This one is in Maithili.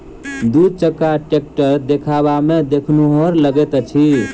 दू चक्का टेक्टर देखबामे देखनुहुर लगैत अछि